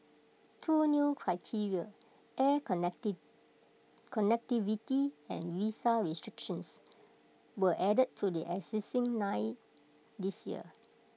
two new criteria air connect connectivity and visa restrictions were added to the existing nine this year